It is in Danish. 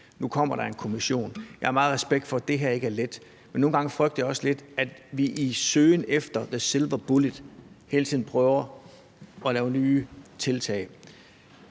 nu kommer der en kommission. Jeg har meget respekt for, at det her ikke er let, men nogle gange frygter jeg også lidt, at vi i søgen efter the silver bullet hele tiden prøver at lave nye tiltag.